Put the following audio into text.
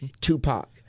Tupac